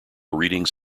readings